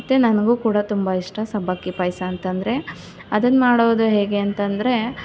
ಮತ್ತೆ ನನಗೂ ಕೂಡ ತುಂಬ ಇಷ್ಟ ಸಬ್ಬಕ್ಕಿ ಪಾಯಸ ಅಂತ ಅಂದರೆ ಅದನ್ನ ಮಾಡೋದು ಹೇಗೆ ಅಂತಂದ್ರೆ